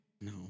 No